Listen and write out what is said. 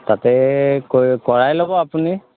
তাতে কৰি কৰাই ল'ব আপুনি